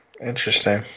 Interesting